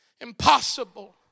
Impossible